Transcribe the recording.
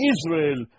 Israel